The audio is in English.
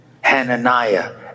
Hananiah